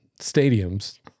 stadiums